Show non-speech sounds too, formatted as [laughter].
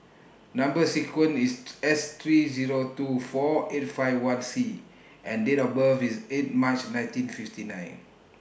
Number sequence IS [noise] S three Zero two four eight five one C and Date of birth IS eight March nineteen fifty nine